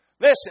Listen